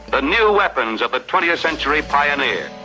the new weapons of a twentieth century pioneer